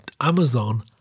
Amazon